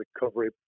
recovery